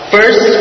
First